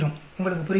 உங்களுக்கு புரிகிறதா